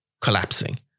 collapsing